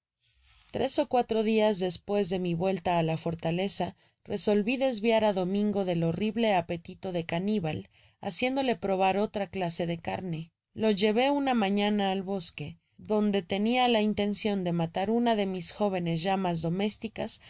tres ó cuatro dias desoues de mi vuelta á la fortaleza resolvi desviar á domingo del horrible apetito de canibal haciéndole probar otra clase de carne lo llevé una ma fiana al bosque dondo tenia intencion de matar una de mis jóvenes llamas domésticas